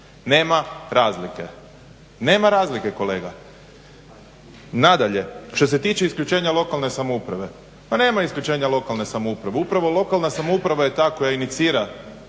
Nema razlike. Nema razlike kolega. Nadalje što se tiče isključenja lokalne samouprave. Pa nema isključenja lokalne samouprave. Upravo lokalna samouprava je ta koja inicira